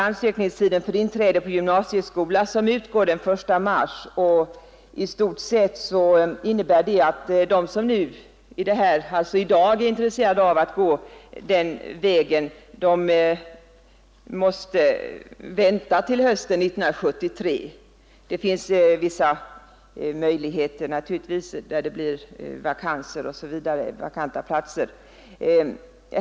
Ansökningstiden för inträde vid gymnasieskolan utgår den 1 mars, och istort sett innebär det att de ungdomar som i dag är intresserade av att gå den vägen måste vänta till hösten 1973; det föreligger dock vissa möjligheter i sådana fall där det finns vakanta platser.